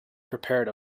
prepared